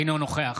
אינו נוכח